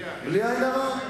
בלי עין הרע,